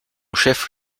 chef